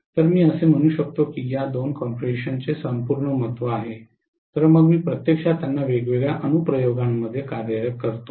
तर मी असे म्हणू शकतो की या दोन कॉन्फिगरेशनचे संपूर्ण महत्त्व आहे तर मग मी प्रत्यक्षात त्यांना वेगवेगळ्या अनुप्रयोगांमध्ये कार्यरत करतो